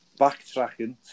backtracking